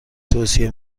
توصیه